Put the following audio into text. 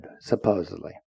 supposedly